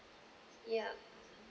yup